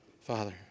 Father